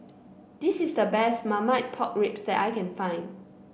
this is the best Marmite Pork Ribs that I can find